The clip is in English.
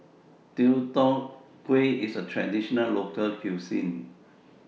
Deodeok Gui IS A Traditional Local Cuisine